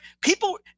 people